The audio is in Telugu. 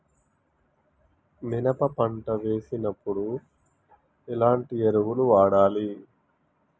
మినప పంట వేసినప్పుడు ఎలాంటి ఎరువులు వాడాలి?